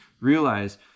realize